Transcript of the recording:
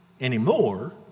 anymore